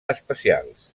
especials